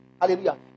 Hallelujah